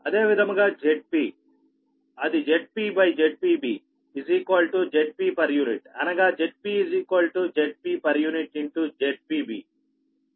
అదే విధముగా Zpఅది Zp ZpB Zp అనగా Zp Zp ZpB